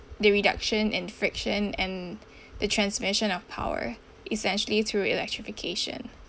the reduction in friction and the transmission of power essentially through electrification